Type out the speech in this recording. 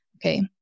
Okay